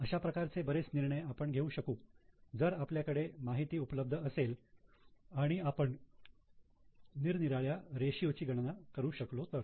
अशा प्रकारचे बरेच निर्णय आपण घेऊ शकू जर आपल्याकडे माहिती उपलब्ध असेल आणि आपण निरनिराळ्या रेषीयो ची गणना करू शकलो तर